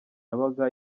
yabaga